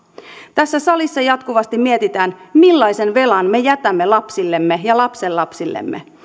tässä salissa jatkuvasti mietitään millaisen velan me jätämme lapsillemme ja lapsenlapsillemme